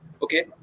Okay